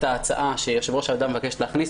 ההצעה שיושב-ראש הוועדה מבקש להכניס.